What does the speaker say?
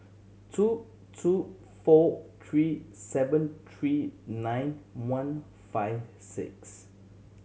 two two four three seven three nine one five six